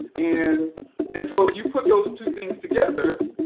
and and so if you put those two things together,